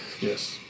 Yes